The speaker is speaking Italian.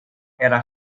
era